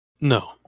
No